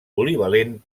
polivalent